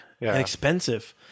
expensive